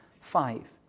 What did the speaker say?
five